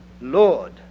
Lord